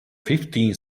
fifteen